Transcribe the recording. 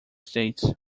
states